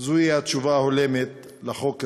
זו התשובה ההולמת לחוק הזה,